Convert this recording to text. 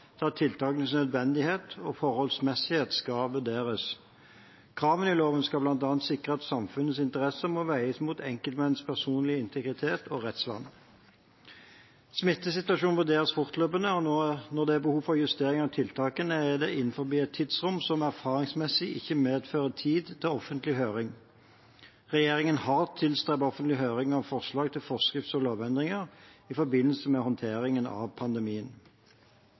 til at tiltakenes nødvendighet og forholdsmessighet skal vurderes. Kravene i loven skal bl.a. sikre at samfunnets interesse må veies mot enkeltmenneskers personlige integritet og rettsvern. Smittesituasjonen vurderes fortløpende, og når det er behov for justering av tiltakene, er det innenfor et tidsrom som erfaringsmessig ikke medfører tid til offentlig høring. Regjeringen har tilstrebet offentlig høring av forslag til forskrifts- og lovendringer i forbindelse med håndteringen av pandemien.